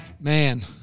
man